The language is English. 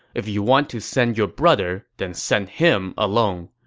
if you want to send your brother, then send him alone.